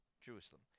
Jerusalem